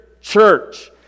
church